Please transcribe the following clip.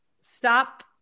stop